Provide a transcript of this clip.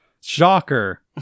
shocker